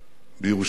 בירושלים הוא